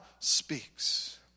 speaks